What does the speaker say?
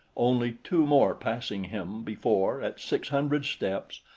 only two more passing him before, at six hundred steps,